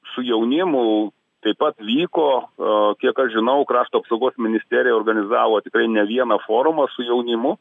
su jaunimu taip pat vyko o kiek aš žinau krašto apsaugos ministerija organizavo tikrai ne vieną forumą su jaunimu